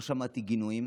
לא שמעתי גינויים